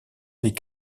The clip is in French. n’est